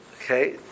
Okay